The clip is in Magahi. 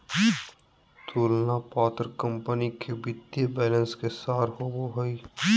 तुलना पत्र कंपनी के वित्तीय बैलेंस के सार होबो हइ